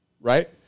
Right